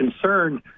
concerned